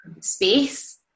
space